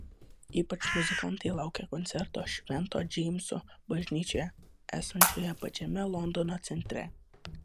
ypač muzikantai laukia koncerto švento džeimso bažnyčioje esančioje pačiame londono centre